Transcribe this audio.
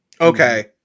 Okay